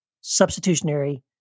substitutionary